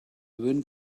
wind